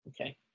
Okay